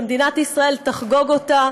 שמדינת ישראל תחגוג אותה